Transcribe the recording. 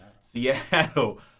Seattle